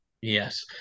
Yes